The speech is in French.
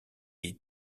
est